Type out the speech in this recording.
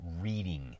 reading